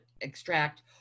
extract